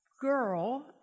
girl